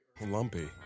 Lumpy